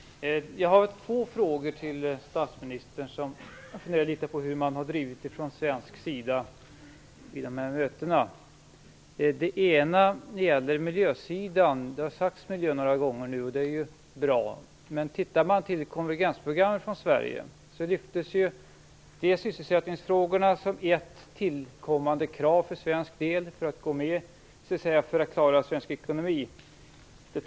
Fru talman! Jag har två frågor till statsministern om hur man från svensk sida har drivit frågor vid mötena. Min första fråga gäller miljön. Det har talats om miljön några gånger nu, och det är bra. Ser man emellertid på konvergensprogrammet finner man att sysselsättningsfrågorna lyftes fram som ett tillkommande krav för svensk del för att vi skall klara den svenska ekonomin.